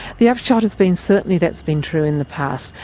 the upshot has been certainly that's been true in the past.